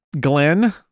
Glenn